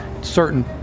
Certain